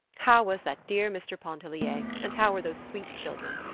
how was that dear mr. pontellier and how were those sweet children?